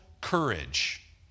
courage